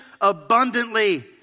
abundantly